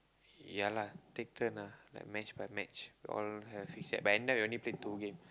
ya lah take turn lah like match by match we all have but end up we only played two game